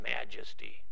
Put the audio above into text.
majesty